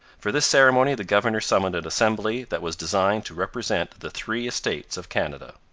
for this ceremony the governor summoned an assembly that was designed to represent the three estates of canada.